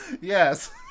Yes